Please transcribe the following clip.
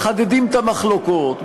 מחדדים את המחלוקות,